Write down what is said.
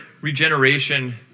regeneration